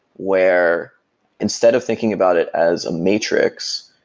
where instead of thinking about it as a matrix,